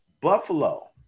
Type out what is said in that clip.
Buffalo